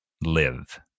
live